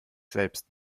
selbst